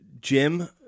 Jim